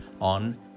on